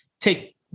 take